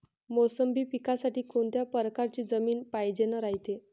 मोसंबी पिकासाठी कोनत्या परकारची जमीन पायजेन रायते?